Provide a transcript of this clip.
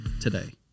today